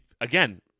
again